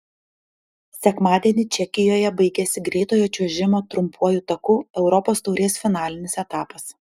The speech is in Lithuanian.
sekmadienį čekijoje baigėsi greitojo čiuožimo trumpuoju taku europos taurės finalinis etapas